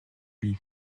lui